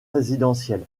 résidentiel